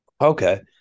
Okay